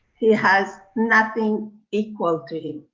he has nothing equal to him,